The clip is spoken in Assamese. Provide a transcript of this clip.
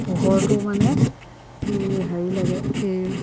পোহৰটো মানে এই হেৰি লাগে